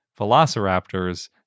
velociraptors